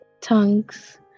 tongues